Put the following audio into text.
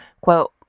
quote